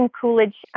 Coolidge